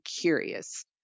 curious